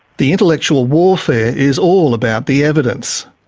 the intellectual warfare is all about the evidence.